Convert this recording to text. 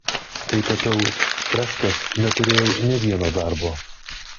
kai tapiau freskas neturėjau nė vieno darbo